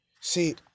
See